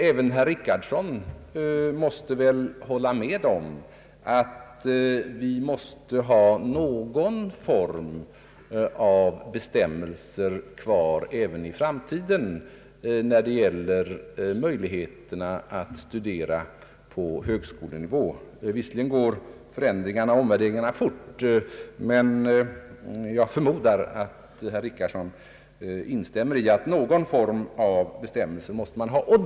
även herr Richardson får väl hålla med om att det måste finnas kvar någon form av bestämmelser också i framtiden, när det gäller rätten att studera på högskolenivå; visserligen går förändringarna och omvärderingarna fort, men jag förmodar att herr Richardson instämmer i att man måste ha någon form av bestämmelser.